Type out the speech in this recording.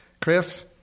Chris